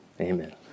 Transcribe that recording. Amen